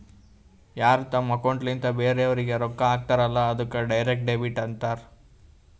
ಯಾರ್ ತಮ್ ಅಕೌಂಟ್ಲಿಂತ್ ಬ್ಯಾರೆವ್ರಿಗ್ ರೊಕ್ಕಾ ಹಾಕ್ತಾರಲ್ಲ ಅದ್ದುಕ್ ಡೈರೆಕ್ಟ್ ಡೆಬಿಟ್ ಅಂತಾರ್